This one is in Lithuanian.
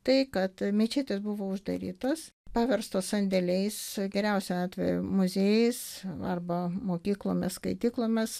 tai kad mečetės buvo uždarytos paverstos sandėliais geriausiu atveju muziejais arba mokyklomis skaityklomis